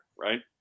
right